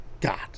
God